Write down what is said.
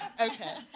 okay